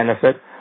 benefit